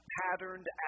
patterned